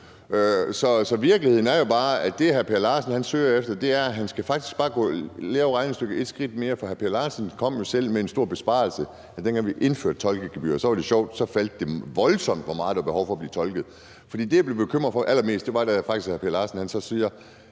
Så virkeligheden er jo bare, at i forhold til det, hr. Per Larsen søger efter, så skal han faktisk bare tage regnestykket et skridt videre, for hr. Per Larsen kom jo selv med en stor besparelse, dengang vi indførte tolkegebyret; så var det sjovt, at det faldt voldsomt, hvor meget der var behov for at få tolket. For det, jeg blev allermest bekymret for, var faktisk, da hr. Per Larsen sagde: